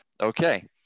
Okay